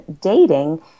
dating